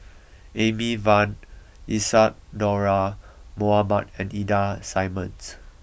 Amy Van Isadhora Mohamed and Ida Simmons